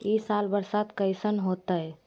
ई साल बरसात कैसन होतय?